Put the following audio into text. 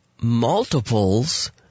multiples